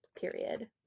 period